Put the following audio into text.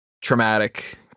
traumatic